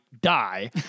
die